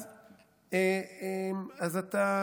יש לך